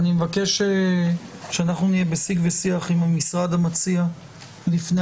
אני מבקש שנהיה בשיג ושיח עם המשרד המציע לפני